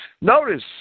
Notice